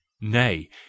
Nay